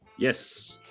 Yes